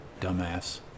dumbass